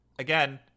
Again